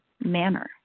manner